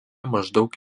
maždaug